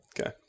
Okay